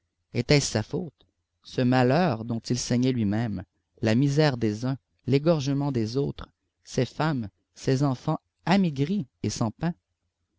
était-ce sa faute ce malheur dont il saignait lui-même la misère des uns l'égorgement des autres ces femmes ces enfants amaigris et sans pain